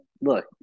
look